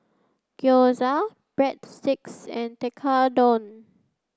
Gyoza Breadsticks and Tekkadon